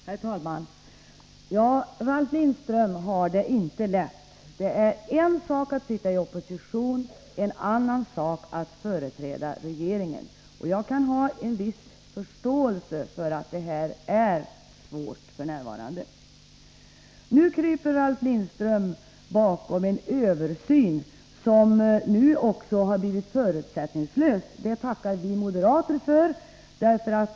Herr talman! Ralf Lindström har det inte lätt. Det är en sak att sitta i opposition, en annan att företräda regeringen. Jag kan ha en viss förståelse för att det är svårt f. n. Ralf Lindström kryper bakom en översyn, som nu också skall bli förutsättningslös. Det tackar vi moderater för.